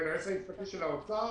היועץ המשפטי של האוצר